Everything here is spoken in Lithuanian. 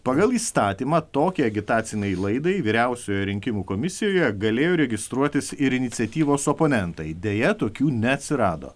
pagal įstatymą tokiai agitacinei laidai vyriausiojoje rinkimų komisijoje galėjo registruotis ir iniciatyvos oponentai deja tokių neatsirado